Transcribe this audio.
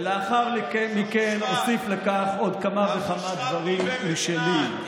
ולאחר מכן אוסיף לכך עוד כמה וכמה דברים משלי.